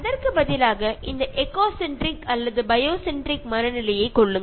அதற்கு பதிலாக இந்த எக்கோ சென்ட்ரிக் அல்லது பயோ சென்ட்ரிக் மனநிலையை மேற்கொள்ளுங்கள்